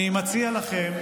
אני מציע לכם,